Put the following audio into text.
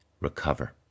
Recover